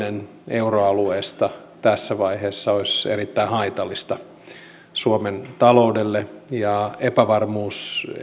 euroalueesta tässä vaiheessa olisi erittäin haitallista suomen taloudelle ja epävarmuus